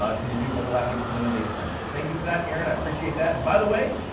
um can you do overlapping twenty one day sprints? so thank you for that, aaron, i appreciate that. and by the way,